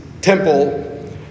temple